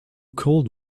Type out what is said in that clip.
cold